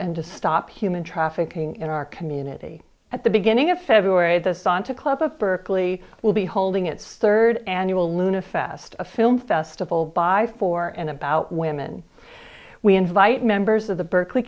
and to stop human trafficking in our community at the beginning of february the santa claus of berkeley will be holding its third annual luna fest a film festival by four and about women we invite members of the berkeley